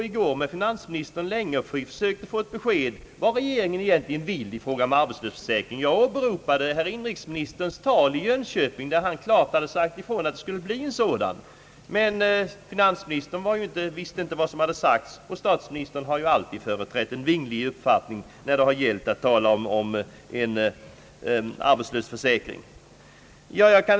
I går försökte vi länge och väl att få ett besked av finansmi nistern om vad regeringen egentligen vill i fråga om arbetslöshetsförsäkringen. Jag åberopade under den debatten herr inrikesministerns tal i Jönköping, där han klart sade ifrån att en sådan skulle genomföras. Finansministern visste emellertid inte vad som hade sagts, och statsministern har ju alltid företrätt en vingling uppfattning när det gällt att tala om arbetslöshetsförsäkring.